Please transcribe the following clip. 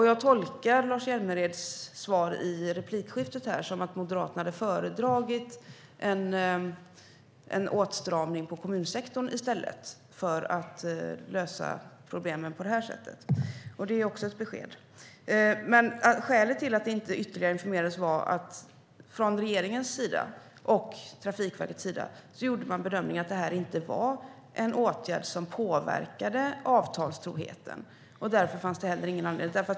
Jag tolkar Lars Hjälmereds svar i inläggen här som att Moderaterna hade föredragit en åtstramning på kommunsektorn i stället för att lösa problemen på det här sättet, och det är ju också ett besked. Skälet till att det inte ytterligare informerades var att man från regeringens och Trafikverkets sida gjorde bedömningen att detta inte var en åtgärd som påverkade avtalstroheten. Därför fanns det ingen anledning.